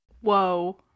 Whoa